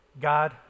God